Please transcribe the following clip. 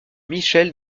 michel